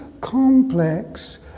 complex